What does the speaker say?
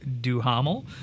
Duhamel